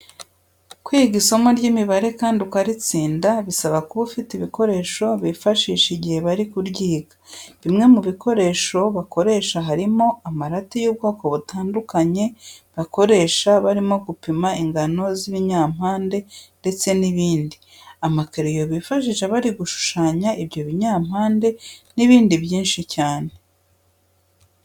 Kwiga isomo ry'imibare kandi ukaritsinda bisaba kuba ufite ibikorehso bifashisha igihe bari kuryiga. Bimwe mu bikoresho bakoresha harimo amarati y'ubwoko butandukanye bakoresha bari gupima ingano z'ibinyampande ndetse n'ibindi, amakereyo bifashisha bari gushushanya ibyo binyampande n'ibindi byinshi cyane.